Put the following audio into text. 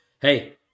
hey